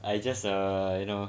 I just err you know